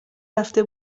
رفته